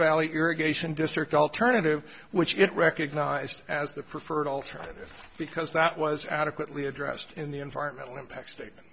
valley irrigation district alternative which it recognized as the preferred alternative because that was adequately addressed in the environmental impact state